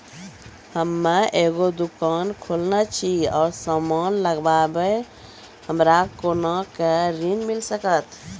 हम्मे एगो दुकान खोलने छी और समान लगैबै हमरा कोना के ऋण मिल सकत?